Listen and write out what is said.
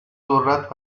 ذرت